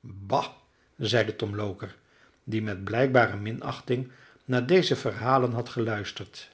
bah zeide tom loker die met blijkbare minachting naar deze verhalen had geluisterd